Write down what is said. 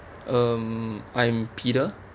um I'm peter